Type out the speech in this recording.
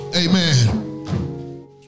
amen